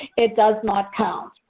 it does not count.